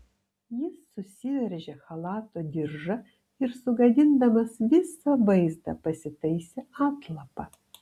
jis susiveržė chalato diržą ir sugadindamas visą vaizdą pasitaisė atlapą